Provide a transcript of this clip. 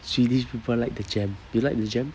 swedish people like the jam you like the jam